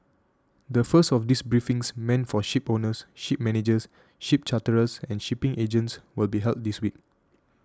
the first of these briefings meant for shipowners ship managers ship charterers and shipping agents will be held this week